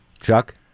Chuck